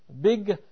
big